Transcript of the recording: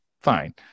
fine